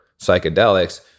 psychedelics